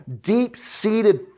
deep-seated